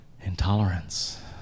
Intolerance